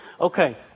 Okay